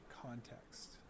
context